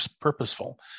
purposeful